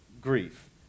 grief